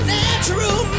natural